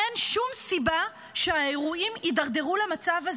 אין שום סיבה שהאירועים יידרדרו למצב הזה.